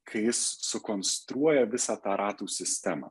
kai jis sukonstruoja visą tą ratų sistemą